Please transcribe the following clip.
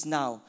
now